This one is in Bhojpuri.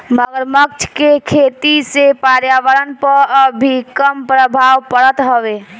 मगरमच्छ के खेती से पर्यावरण पअ भी कम प्रभाव पड़त हवे